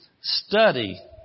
study